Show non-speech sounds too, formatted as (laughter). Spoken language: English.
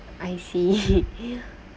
I see (laughs)